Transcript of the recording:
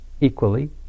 Equally